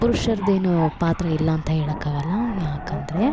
ಪುರುಷರ್ದು ಏನು ಪಾತ್ರ ಇಲ್ಲ ಅಂತ ಹೇಳೋಕ್ಕಾಗಲ್ಲ ಯಾಕಂದರೆ